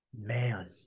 Man